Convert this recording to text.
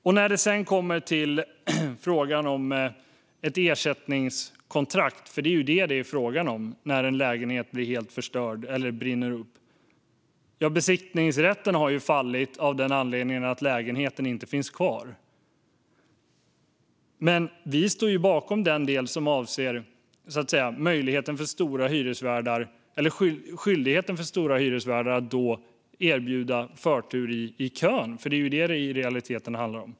Och när det sedan kommer till frågan om ersättningskontrakt - det är ju detta det handlar om när en lägenhet blir helt förstörd eller brinner upp - kan vi konstatera att besittningsrätten har fallit av den anledningen att lägenheten inte finns kvar. Men vi står bakom den del i propositionen som avser skyldigheten för stora hyresvärdar att då erbjuda förtur i kön. Det är ju detta som det i realiteten handlar om.